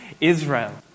Israel